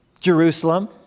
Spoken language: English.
Jerusalem